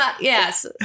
Yes